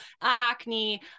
acne